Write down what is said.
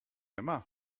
aima